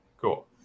cool